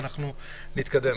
ואנחנו נתקדם.